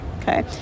okay